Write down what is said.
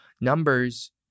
numbers